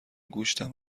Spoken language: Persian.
گوشتم